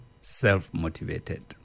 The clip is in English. Self-motivated